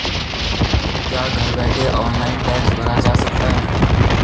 क्या घर बैठे ऑनलाइन टैक्स भरा जा सकता है?